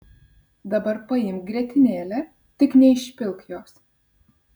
dabar paimk grietinėlę tik neišpilk jos